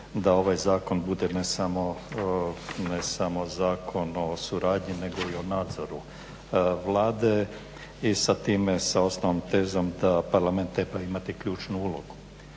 da ovaj zakon bude ne samo zakon o suradnji nego i o nadzoru Vlade i sa time, sa osnovnom tezom da Parlament treba imati ključnu ulogu.